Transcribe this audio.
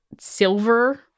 silver